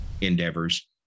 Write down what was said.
endeavors